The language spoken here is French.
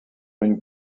une